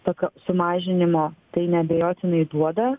tokio sumažinimo tai neabejotinai duoda